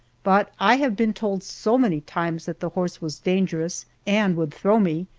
but i have been told so many times that the horse was dangerous and would throw me,